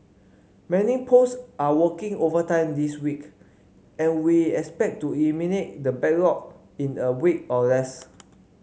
many post are working overtime this week and we expect to eliminate the backlog in a week or less